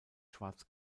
schwarz